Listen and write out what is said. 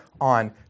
on